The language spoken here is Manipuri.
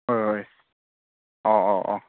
ꯍꯣꯏ ꯍꯣꯏ ꯑꯧ ꯑꯧ ꯑꯧ